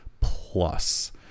Plus